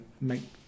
make